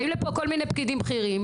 באים לפה כל מיני פקידים בכירים,